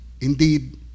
Indeed